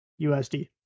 USD